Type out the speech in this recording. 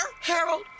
Harold